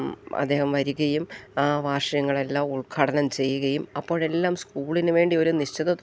അദ്ദേഹം വരികയും ആ വാർഷികങ്ങളെല്ലാം ഉദ്ഘാടനം ചെയ്യുകയും അപ്പോഴെല്ലാം സ്കൂളിന് വേണ്ടി ഒരു നിശ്ചിത തുക